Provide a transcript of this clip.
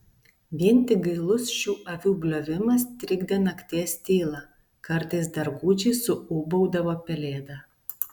vien tik gailus šių avių bliovimas trikdė nakties tylą kartais dar gūdžiai suūbaudavo pelėda